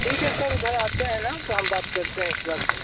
ठीक है सर उधर आते हैं ना तो हम बात करते हैं इस बात पर